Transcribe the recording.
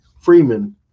Freeman